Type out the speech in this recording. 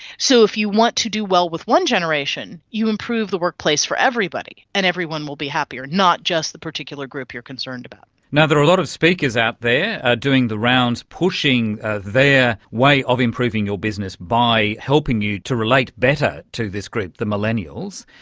so if you want to do well with one generation you improve the workplace for everybody and everyone will be happier, not just the particular group you are concerned about. and there are a lot of speakers out there doing the rounds, pushing their way of improving your business by helping you to relate better to this group, the millennials.